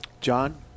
John